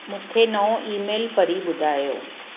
मूंखे नओं ईमेल पढ़ी ॿुधायो